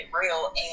real